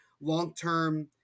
long-term